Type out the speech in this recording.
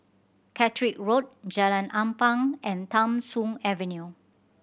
Caterick Road Jalan Ampang and Tham Soong Avenue